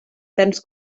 ferms